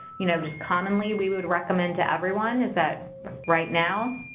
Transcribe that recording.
you know, just commonly we would recommend to everyone is that right now,